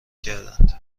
کردند